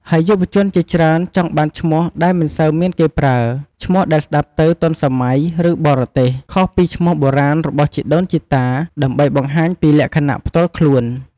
ហើយយុវជនជាច្រើនចង់បានឈ្មោះដែលមិនសូវមានគេប្រើ ឈ្មោះដែលស្តាប់ទៅ ទាន់សម័យ ឬ បរទេស ខុសពីឈ្មោះបុរាណរបស់ជីដូនជីតា ដើម្បីបង្ហាញពីលក្ខណៈផ្ទាល់ខ្លួន។